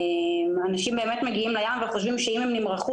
אנשים מגיעים לים וחושבים שאם הם נמרחו